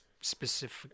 specific